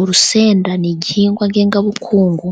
Urusenda ni igihingwa ngengabukungu